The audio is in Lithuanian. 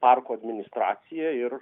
parko administracija ir